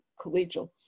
collegial